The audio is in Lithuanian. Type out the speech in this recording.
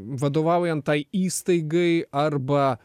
vadovaujant tai įstaigai arba